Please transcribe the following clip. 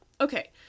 okay